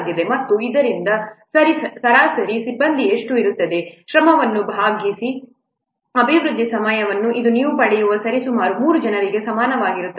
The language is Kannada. ಮತ್ತು ಆದ್ದರಿಂದ ಸರಾಸರಿ ಸಿಬ್ಬಂದಿ ಎಷ್ಟು ಇರುತ್ತದೆ ಶ್ರಮವನ್ನು ಭಾಗಿಸಿ ಅಭಿವೃದ್ಧಿಯ ಸಮಯ ಆದ್ದರಿಂದ ಇದು ನೀವು ಪಡೆಯುವ ಸರಿಸುಮಾರು 3 ಜನರಿಗೆ ಸಮಾನವಾಗಿರುತ್ತದೆ